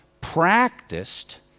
practiced